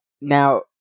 now